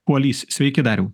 kuolys sveiki dariau